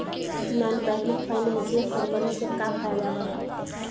Non banking financial company से का फायदा बा?